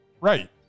Right